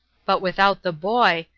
but without the boy,